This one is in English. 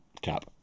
Cap